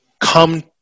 come